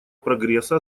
прогресса